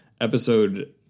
episode